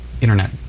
internet